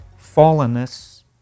fallenness